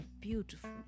beautiful